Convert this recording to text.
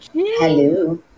Hello